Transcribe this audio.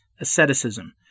asceticism